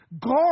God